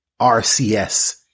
RCS